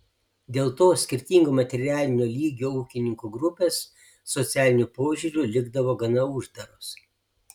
dėl to skirtingo materialinio lygio ūkininkų grupės socialiniu požiūriu likdavo gana uždaros